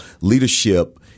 leadership